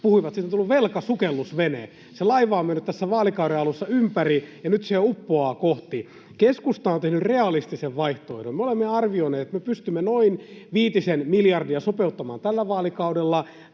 puhuivat, on tullut velkasukellusvene: se laiva on mennyt tässä vaalikauden alussa ympäri, ja nyt se uppoaa. Keskusta on tehnyt realistisen vaihtoehdon. Me olemme arvioineet, että me pystymme noin viitisen miljardia sopeuttamaan tällä vaalikaudella